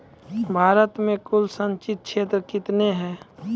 भारत मे कुल संचित क्षेत्र कितने हैं?